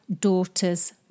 daughter's